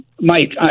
Mike